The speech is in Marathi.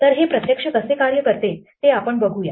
तर हे प्रत्यक्ष कसे कार्य करते ते आपण बघूया